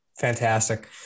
Fantastic